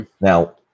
Now